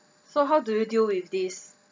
so how do you deal with this